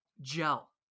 gel